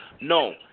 No